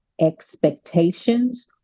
expectations